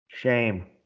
Shame